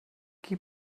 qui